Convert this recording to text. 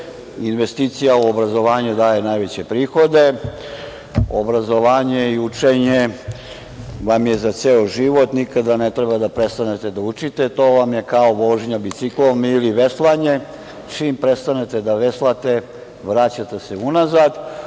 investicija u obrazovanje daje najveće prihode. Obrazovanje i učenje vam je za ceo život. Nikada ne treba da prestanete da učite. To vam je kao vožnja biciklom ili veslanje, čim prestanete da veslate vraćate se unazad,